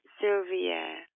Sylvia